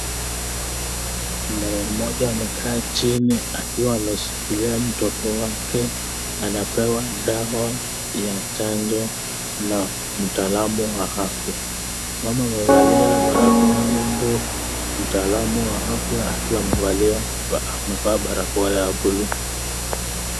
Mama Mmoja amekaa chini akiwa ameshikilia mtoto wake anapewa dawa ya chanjo na mtalamu wa afya, mama amevalia barakoa huku mtalamu wa afya akiwa amevalia barakoa ya buluu.